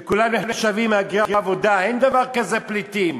וכולם נחשבים מהגרי עבודה, אין דבר כזה פליטים.